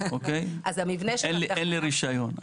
אין לי רישיון,